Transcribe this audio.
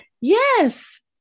Yes